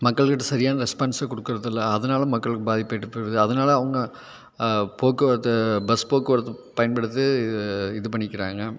மக்களுக்கு சரியான ரெஸ்பான்ஸே கொடுக்கிறதில்ல அதனால மக்களுக்கு பாதிப்பு ஏற்படுது அதனால அவங்க போக்குவரத்தை பஸ் போக்குவரத்து பயன்படுது இது பண்ணிக்கிறாங்க